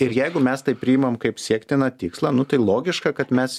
ir jeigu mes tai priimam kaip siektiną tikslą nu tai logiška kad mes